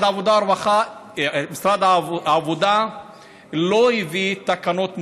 משרד העבודה לא הביא תקנות מושלמות.